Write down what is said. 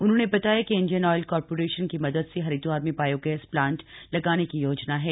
उन्होंने बताया कि इंडियन ऑयल कारपोरेशन की मदद से हरिद्वार में बायोगैस प्लांट लगाने का योजना है